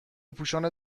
پوشان